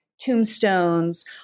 tombstones